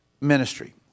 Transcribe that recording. ministry